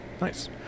Nice